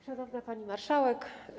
Szanowna Pani Marszałek!